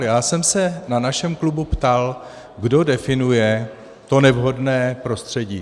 Já jsem se přesně na našem klubu ptal, kdo definuje to nevhodné prostředí.